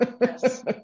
Yes